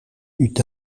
eut